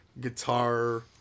guitar